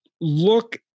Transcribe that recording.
Look